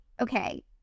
okay